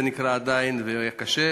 כשהיה קשה,